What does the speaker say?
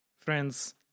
Friends